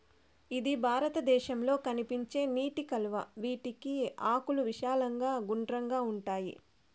ఇది భారతదేశంలో కనిపించే నీటి కలువ, వీటి ఆకులు విశాలంగా గుండ్రంగా ఉంటాయి